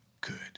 good